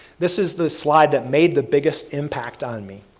this is the slide that made the biggest impact on me.